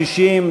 60,